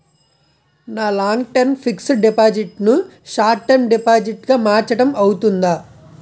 నా long term fixed deposit ను short term deposit గా మార్చటం అవ్తుందా?